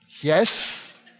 Yes